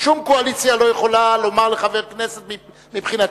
שום קואליציה לא יכולה לומר לחבר כנסת, מבחינתי.